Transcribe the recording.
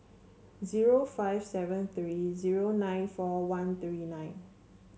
zero five seven three zero nine four one three nine